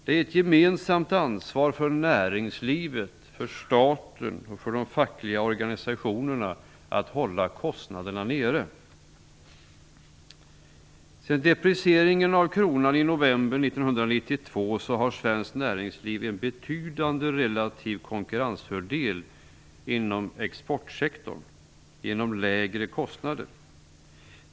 Det är ett gemensamt ansvar för näringslivet, staten och de fackliga organisationerna att hålla kostnaderna nere. har svenskt näringsliv en betydande relativ konkurrensfördel inom exportsektorn genom lägre kostnader.